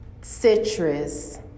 Citrus